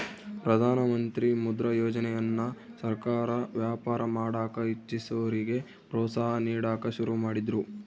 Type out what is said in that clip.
ಪ್ರಧಾನಮಂತ್ರಿ ಮುದ್ರಾ ಯೋಜನೆಯನ್ನ ಸರ್ಕಾರ ವ್ಯಾಪಾರ ಮಾಡಕ ಇಚ್ಚಿಸೋರಿಗೆ ಪ್ರೋತ್ಸಾಹ ನೀಡಕ ಶುರು ಮಾಡಿದ್ರು